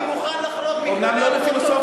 אני מוכן לחרוג מכללי הפרוטוקול,